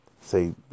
say